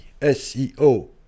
SEO